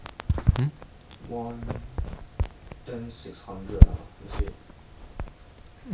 no ah I mean like got few times say like you heng heng suddenly want to go I mean go malaysia !wah! that one legit just